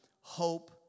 hope